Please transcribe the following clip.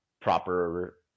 proper